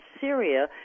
Syria